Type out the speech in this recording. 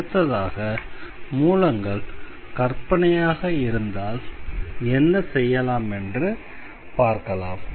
அடுத்ததாக மூலங்கள் கற்பனையாக இருந்தால் என்ன செய்யலாம் என்று பார்க்கலாம்